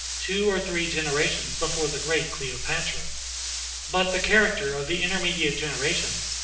two or three generations before the great cleopatra but the character of the intermediate generations,